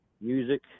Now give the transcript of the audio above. music